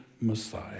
Messiah